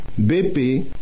BP